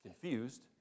confused